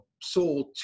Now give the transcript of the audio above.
sold